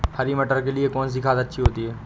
हरी मटर के लिए कौन सी खाद अच्छी होती है?